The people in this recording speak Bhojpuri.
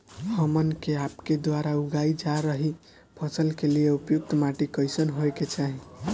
हमन के आपके द्वारा उगाई जा रही फसल के लिए उपयुक्त माटी कईसन होय के चाहीं?